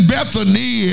Bethany